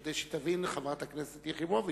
כדי שתבין חברת הכנסת יחימוביץ,